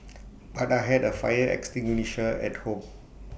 but I had A fire extinguisher at home